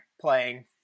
playing